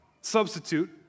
Substitute